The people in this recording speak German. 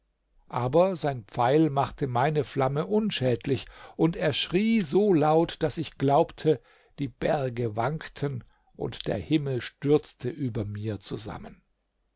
aber sein pfeil machte meine flamme unschädlich und er schrie so laut daß ich glaubte die berge wankten und der himmel stürzte über mir zusammen